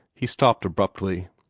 he stopped abruptly.